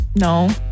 no